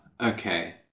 okay